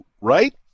right